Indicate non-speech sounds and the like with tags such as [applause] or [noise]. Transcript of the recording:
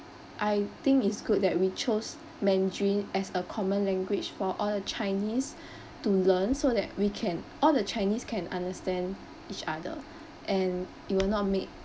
I think is good that we chose mandarin as a common language for all the chinese [breath] to learn so that we can all the chinese can understand each other [breath] and it will not make